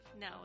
No